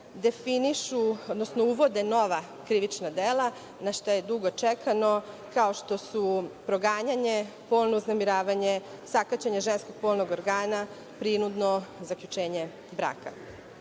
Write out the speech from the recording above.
definišu, odnosno uvode nova krivična dela na šta je dugo čekano, kao što su proganjanje, polno uznemiravanje, sakaćenje ženskog polnog organa, prinudno zaključenje braka. Ali,